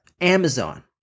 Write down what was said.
Amazon